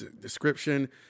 description